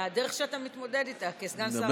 על הדרך שבה אתה מתמודד איתה כסגן שר הבריאות.